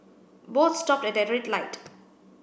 both stopped at a red light